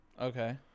Okay